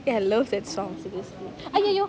eh I love that song seriously !aiyo!